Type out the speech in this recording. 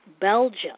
Belgium